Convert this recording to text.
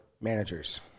managers